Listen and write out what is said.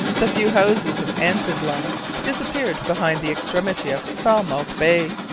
the few houses of ansiedlung disappeared behind the extremity of falmouth bay.